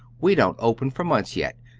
we don't open for months yet,